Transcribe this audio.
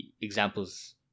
examples